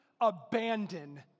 abandon